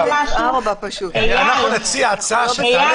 אנחנו נציע הצעה שתעלה